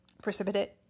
precipitate